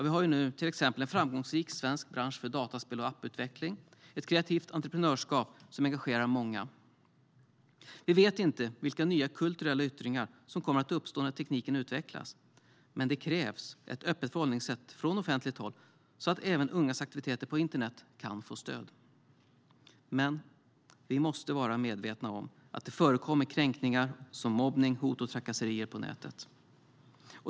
Vi har till exempel en framgångsrik svensk bransch för dataspel och apputveckling, ett kreativt entreprenörskap som engagerar många. Vi vet inte vilka nya kulturella yttringar som kommer att uppstå när tekniken utvecklas. Med det krävs ett öppet förhållningssätt från offentligt håll så att även ungas aktiviteter på internet kan få stöd. Vi måste dock vara medvetna om att det förekommer kränkningar såsom mobbning, hot och trakasserier på nätet.